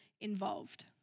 involved